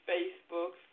Facebook